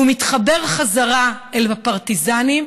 הוא מתחבר חזרה אל הפרטיזנים,